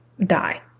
die